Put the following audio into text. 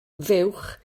fuwch